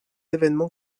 évènements